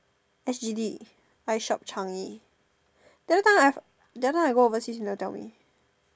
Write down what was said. s_g_d iShopChangi the other time I the other time I go overseas you never tell me